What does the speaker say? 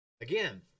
Again